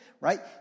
right